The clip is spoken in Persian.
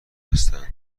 هستند